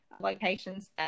locations